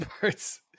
parts